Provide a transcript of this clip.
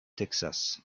texas